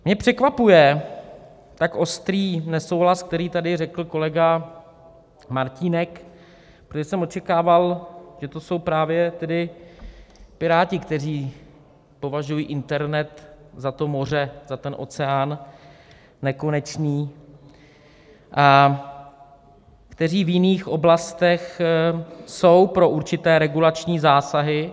Mě překvapuje tak ostrý nesouhlas, který tady řekl kolega Martínek, protože jsem očekával, že to jsou právě tedy Piráti, kteří považují internet za to moře, za ten oceán nekonečný a kteří v jiných oblastech jsou pro určité regulační zásahy.